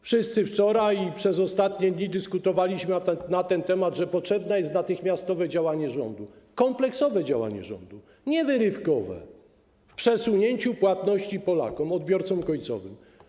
Wszyscy wczoraj i przez ostatnie dni dyskutowaliśmy na temat, że potrzebne jest natychmiastowe działanie rządu, kompleksowe działanie rządu, nie wyrywkowe, polegające na przesunięciu płatności na Polaków, odbiorców końcowych.